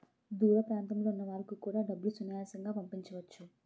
దూర ప్రాంతంలో ఉన్న వాళ్లకు కూడా డబ్బులు సునాయాసంగా పంపించవచ్చు